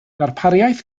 darpariaeth